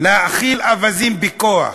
להאכיל אווזים בכוח.